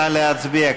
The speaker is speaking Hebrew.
נא להצביע.